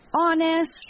honest